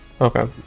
Okay